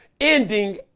ending